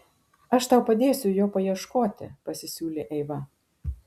aš tau padėsiu jo paieškoti pasisiūlė eiva